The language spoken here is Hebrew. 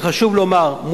וחשוב לומר,